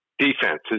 Defense